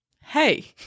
hey